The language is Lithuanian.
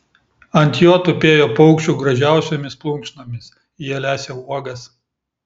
ant jo tupėjo paukščių gražiausiomis plunksnomis jie lesė uogas